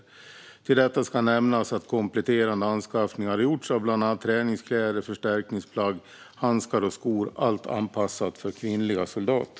Därtill ska nämnas att kompletterade anskaffningar har gjorts av bland annat träningskläder, förstärkningsplagg, handskar och skor - allt anpassat för kvinnliga soldater.